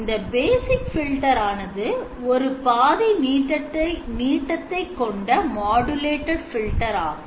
இந்த basic filter ஆனது ஒரு பாதி நீட்டத்தை கொண்ட modultaed filter ஆகும்